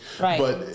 Right